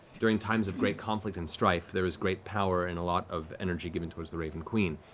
during times of great conflict and strife, there is great power and a lot of energy given towards the raven queen.